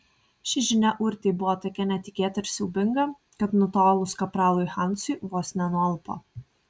ši žinia urtei buvo tokia netikėta ir siaubinga kad nutolus kapralui hansui vos nenualpo